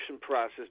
process